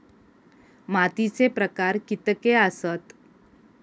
मातीचे प्रकार कितके आसत?